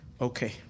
Okay